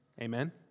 Amen